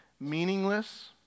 meaningless